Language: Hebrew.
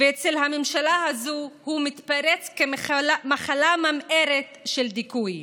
ואצל הממשלה הזאת הוא מתפרץ כמחלה ממארת של דיכוי.